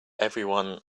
everyone